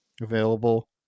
available